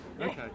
okay